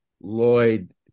Lloyd